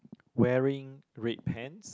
wearing red pants